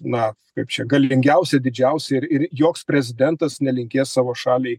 na kaip čia galingiausia didžiausia ir ir joks prezidentas nelinkės savo šaliai